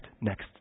next